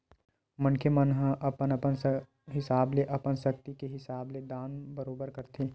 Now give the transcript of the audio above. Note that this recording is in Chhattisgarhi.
मनखे मन ह अपन अपन हिसाब ले अपन सक्ति के हिसाब ले दान बरोबर करथे